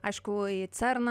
aišku į cerną